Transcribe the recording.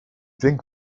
drink